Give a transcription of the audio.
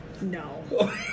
No